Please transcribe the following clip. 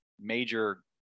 major